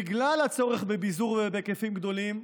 בגלל הצורך בביזור ובהיקפים גדולים,